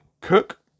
Cook